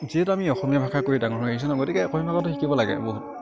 যিহেটো আমি অসমীয়া ভাষা কৈয়ে ডাঙৰ হৈ আহিছোঁ ন গতিকে অসমীয়া ভাষাটো শিকিব লাগে বহুত